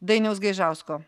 dainiaus gaižausko